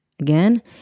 Again